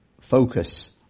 focus